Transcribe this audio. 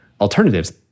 alternatives